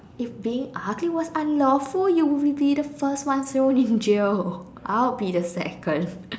if being ugly was unlawful you will be the first one thrown in jail I will be the second